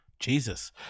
Jesus